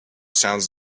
sounds